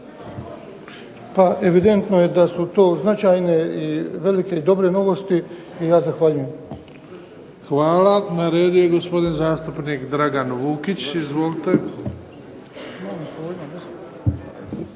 Pa evidentno je da su to značajne i velike i dobre novosti. I ja zahvaljujem. **Bebić, Luka (HDZ)** Hvala. Na redu je gospodin zastupnik Dragan Vukić. Izvolite.